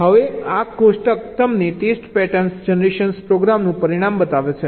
હવે આ કોષ્ટક તમને ટેસ્ટ પેટર્ન જનરેશન પ્રોગ્રામનું પરિણામ બતાવે છે